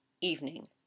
evening